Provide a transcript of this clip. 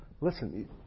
Listen